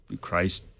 Christ